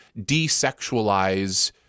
desexualize